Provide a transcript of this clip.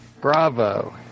Bravo